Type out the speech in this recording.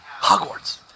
Hogwarts